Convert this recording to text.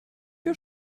wir